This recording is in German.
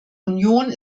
union